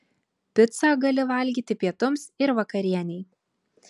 picą gali valgyti pietums ir vakarienei